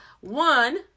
one